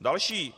Další.